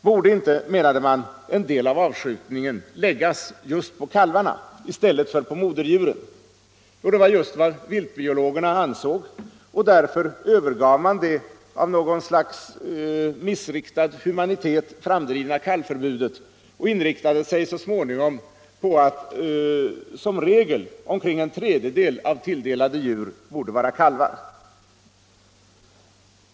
Borde inte, menade man, en del av avskjutningen läggas just på kalvarna i stället för på moderdjuren? Jo, det var just vad viltbiologerna ansåg, och därför övergav man det av någon sorts missriktad humanitet framdrivna kalvförbudet och inriktade sig så småningom på att som regel omkring en tredjedel av tilldelade djur borde vara kalvar.